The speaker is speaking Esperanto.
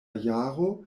jaro